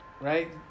right